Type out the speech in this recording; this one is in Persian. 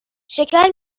شکر